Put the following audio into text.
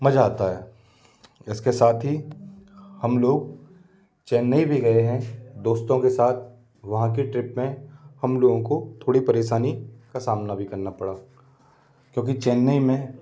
मज़ा आता है इसके साथ ही हम लोग चेन्नई भी गए हैं दोस्तों के साथ वहाँ की ट्रिप में हम लोगों को थोड़ी परेशानी का सामना भी करना पड़ा क्योंकि चेन्नई में